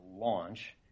launch